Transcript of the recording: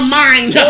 mind